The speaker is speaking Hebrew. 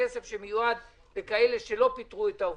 הכסף שמיועד לכאלה שלא פיטרו את העובדים.